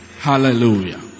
Hallelujah